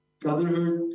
brotherhood